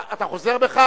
אני חוזר בי.